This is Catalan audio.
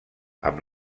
amb